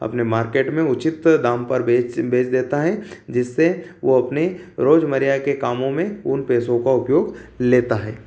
अपने मार्केट में उचित दाम पर बेच बेच देता है जिससे वो अपने रोजमर्रा के कामों में उन पैसों का उपयोग लेता है